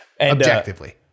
Objectively